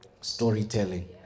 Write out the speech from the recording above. storytelling